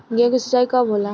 गेहूं के सिंचाई कब होला?